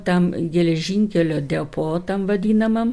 tam geležinkelio depo tam vadinamam